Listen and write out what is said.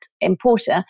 importer